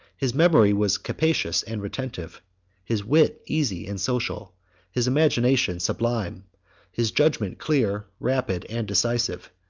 his memory was capacious and retentive his wit easy and social his imagination sublime his judgment clear, rapid, and decisive.